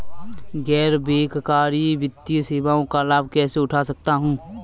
गैर बैंककारी वित्तीय सेवाओं का लाभ कैसे उठा सकता हूँ?